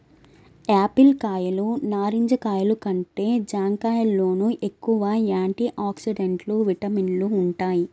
Apple కాయలు, నారింజ కాయలు కంటే జాంకాయల్లోనే ఎక్కువ యాంటీ ఆక్సిడెంట్లు, విటమిన్లు వుంటయ్